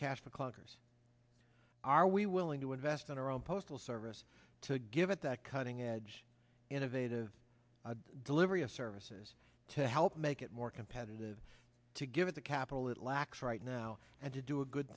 cash for clunkers are we willing to invest in our own postal service to give it that cutting edge innovative delivery of services to help make it more competitive to give it the capital it lacks right now and to do a good